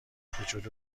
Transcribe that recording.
کوچولو